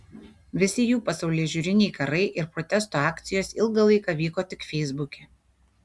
visi jų pasaulėžiūriniai karai ir protesto akcijos ilgą laiką vyko tik feisbuke